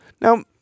Now